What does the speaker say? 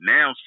Now